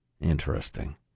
Interesting